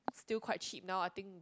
still quite cheap now I think